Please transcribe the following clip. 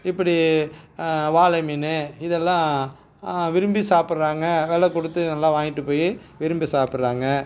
இப்படி வாளை மீன் இதெல்லாம் விரும்பி சாப்பிட்றாங்க வில கொடுத்து நல்லா வாங்கிட்டு போய் விரும்பி சாப்பிட்றாங்க